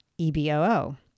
EBOO